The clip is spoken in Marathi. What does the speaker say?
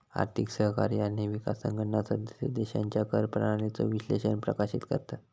आर्थिक सहकार्य आणि विकास संघटना सदस्य देशांच्या कर प्रणालीचो विश्लेषण प्रकाशित करतत